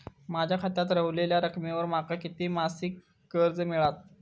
माझ्या खात्यात रव्हलेल्या रकमेवर माका किती मासिक कर्ज मिळात?